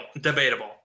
debatable